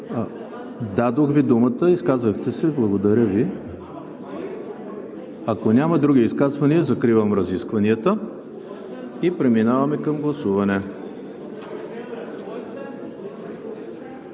Дадох Ви думата, изказахте се. Благодаря Ви. Ако няма други изказвания, закривам разискванията и преминаваме към гласуване.